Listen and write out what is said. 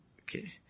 Okay